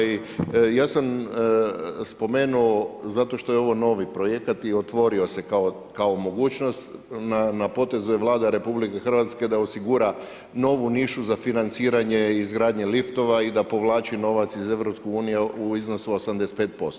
Ja sam spomenuo zato što je ovo novi projekat i otvorio se kao mogućnost na potezu je Vlada RH da osigura novu nišu za financiranje i izgradnje liftova i da povlači novac iz EU u iznosu od 85%